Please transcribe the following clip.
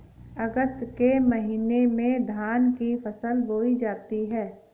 अगस्त के महीने में धान की फसल बोई जाती हैं